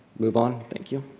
move on? thank you.